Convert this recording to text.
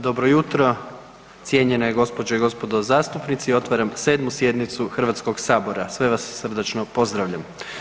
Dobro jutro cijenjene gospođe i gospodo zastupnici, otvaram 7. sjednicu HS, sve vas srdačno pozdravljam.